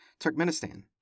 Turkmenistan